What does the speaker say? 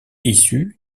issues